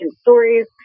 stories